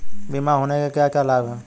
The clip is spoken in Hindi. बीमा होने के क्या क्या लाभ हैं?